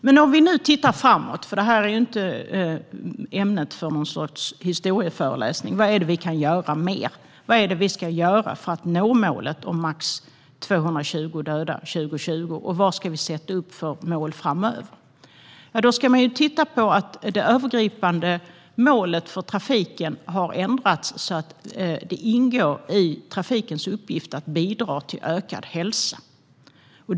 Låt oss nu se framåt, för ämnet här är inte någon sorts historieföreläsning. Vad är det vi kan göra mer? Vad är det vi ska göra för att nå målet om max 220 döda år 2020? Och vad ska vi sätta upp för mål framöver? Det övergripande målet för trafiken har ändrats så att det ingår i trafikens uppgift att bidra till ökad hälsa.